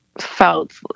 felt